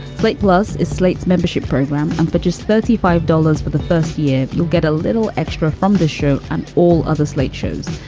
slate plus is slate's membership program. and for just thirty five dollars for the first year, you'll get a little extra from the show on all other slate shows.